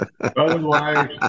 Otherwise